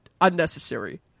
unnecessary